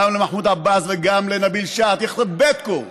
גם למחמוד עבאס וגם לנביל שעת': יחרב ביתכֻם,